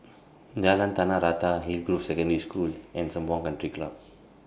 Jalan Tanah Rata Hillgrove Secondary School and Sembawang Country Club